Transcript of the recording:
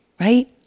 right